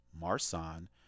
Marsan